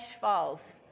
falls